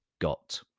got